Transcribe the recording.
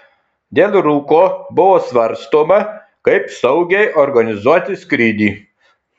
dėl rūko buvo svarstoma kaip saugiai organizuoti skrydį